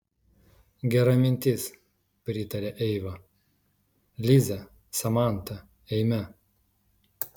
gera mintis pritarė eiva lize samanta eime